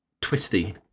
twisty